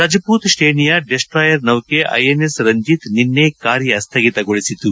ರಜಪೂತ್ ಶ್ರೇಣಿಯ ಡೆಸ್ಲಾಯರ್ ನೌಕೆ ಐಎನ್ಎಸ್ ರಂಜಿತ್ ನಿನ್ನೆ ಕಾರ್ಯ ಸ್ವಗಿತಗೊಳಿಸಿತು